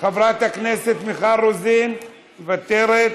חברת הכנסת מיכל רוזין, מוותרת,